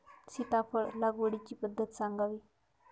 सीताफळ लागवडीची पद्धत सांगावी?